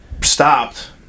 stopped